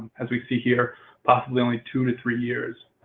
as we see here possibly only two to three years.